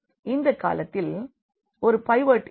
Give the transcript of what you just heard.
இந்த காலத்தில் ஒரு பைவோட் இருக்கும்